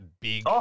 big